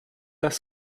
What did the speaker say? das